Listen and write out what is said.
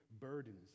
burdens